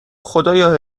خدایا